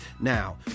now